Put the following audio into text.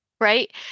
right